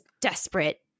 desperate